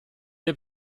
der